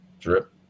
Drip